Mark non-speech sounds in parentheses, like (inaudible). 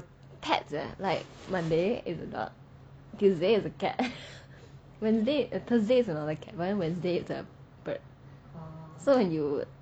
pets eh like monday a dog tuesday is a cat (laughs) wednesday eh thursday is like a cat but then wednesday is like a bird so when you